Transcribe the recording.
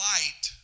Light